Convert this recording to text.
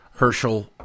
herschel